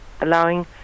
allowing